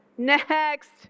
next